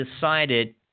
decided